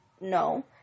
No